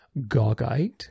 Gogite